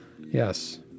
Yes